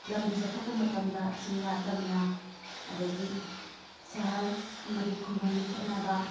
ꯂꯝꯗꯣ ꯆꯠꯊꯣꯛꯄ ꯃꯇꯝꯗ ꯆꯤꯡꯌꯥ ꯇꯝꯌꯥ ꯑꯗꯒꯤ ꯁꯍꯔ ꯑꯃꯗꯤ ꯈꯨꯡꯒꯪꯒꯤ ꯈꯦꯅꯕ